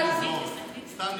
סתם לזרוק.